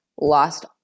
lost